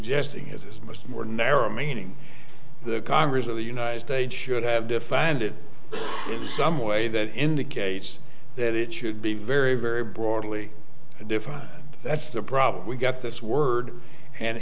is much more narrow meaning the congress of the united states should have defined it in some way that indicates that it should be very very broadly defined that's the problem we get this word and